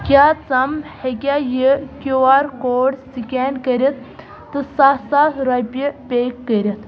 کیٛاہ ژم ہیٚکیٛا یہِ کیو آر کوڈ سٕکین کٔرِتھ تہٕ سَتھ ساس رۄپیہِ پے کٔرِتھ